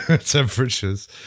temperatures